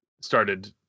started